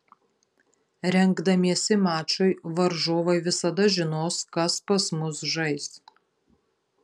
rengdamiesi mačui varžovai visada žinos kas pas mus žais